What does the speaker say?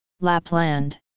Lapland